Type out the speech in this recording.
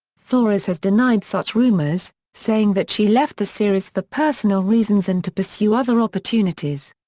flores has denied such rumors, saying that she left the series for personal reasons and to pursue other opportunities.